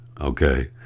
okay